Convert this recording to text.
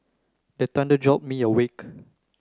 the thunder jolt me awake